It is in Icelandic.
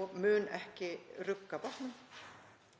og mun ekki rugga bátnum